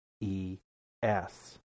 E-S